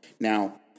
Now